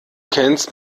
kennst